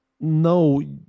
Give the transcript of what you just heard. No